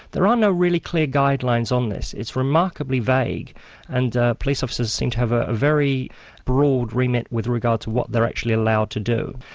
there are ah no really clear guidelines on this. it's remarkably vague and police officers seem to have a very broad remit with regard to what they're actually allowed to do.